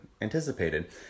anticipated